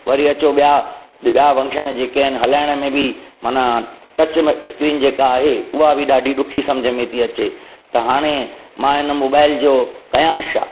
वरी अचो ॿिया ॿिया फंक्शन जेके आहिनि हलाइण में बि माना टच स्क्रीन जेका आहे उहा बि ॾाढी ॾुखी सम्झ में थी अचे त हाणे मां इन मोबाइल जो करियां छा